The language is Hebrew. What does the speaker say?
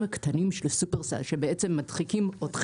קטנים של סופרים שדוחקים את המכולות.